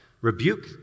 rebuke